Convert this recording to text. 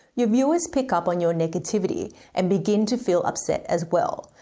your viewer's pick up on your negativity and begin to feel upset as well.